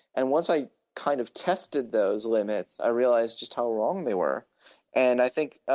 and once i kind of tested those limits i realized just how wrong they were and i think